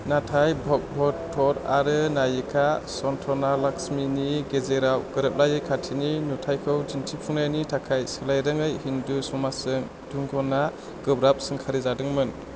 नाथाय भगवथर आरो नायिका सन्थाना लक्ष्मीनि गेजेराव गोरोबलायै खाथिनि नुथाइखौ दिन्थिफुंनायनि थाखाय सोलायरोङै हिन्दु समाजजों डुंगनआ गोब्राब सोंखारि जादोंमोन